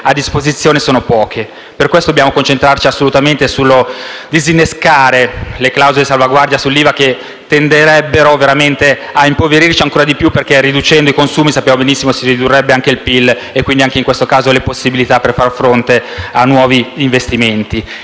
a disposizione sono poche. Per questo dobbiamo concentrarci assolutamente sul disinnescare le clausole di salvaguardia sull'IVA, che tenderebbero veramente a impoverirci ancora di più, perché sappiamo benissimo che riducendo i consumi si ridurrebbe anche il PIL e quindi anche le possibilità per far fronte a nuovi investimenti.